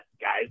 guys